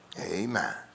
Amen